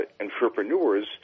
entrepreneurs